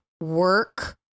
work